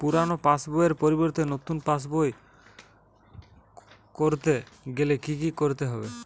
পুরানো পাশবইয়ের পরিবর্তে নতুন পাশবই ক রতে গেলে কি কি করতে হবে?